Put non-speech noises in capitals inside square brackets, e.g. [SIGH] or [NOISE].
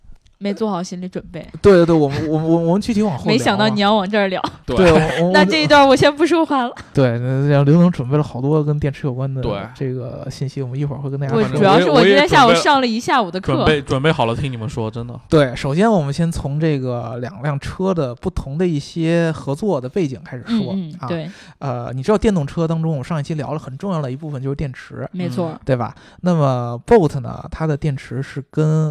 没做好心理准备。对，对，对，我们- 我- 我- 我们具体往后 [LAUGHS] 没想到聊啊。你要往这儿聊。对。对，我- 我- 我- [LAUGHS] 那这一段我先不说话了。 [LAUGHS] 对，那- 那- 那刘总准备了好多跟电池有关的对。这个信息， [LAUGHS] 我们一会儿会跟大家反正说。我也- 我也准备了，我主要是我今天下午上了一下午的课。准备- 准备好了听你们说， [LAUGHS] 真的。对，首先我们先从这个两辆车的不同的一些合作的背景开始说， [LAUGHS] 嗯，嗯，啊，对。呃，你知道电动车当中，我上一期聊了很重要的一部分就是电池，没嗯。错。对吧？那么Bolt呢，它的电池是跟